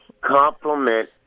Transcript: compliment